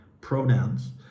pronouns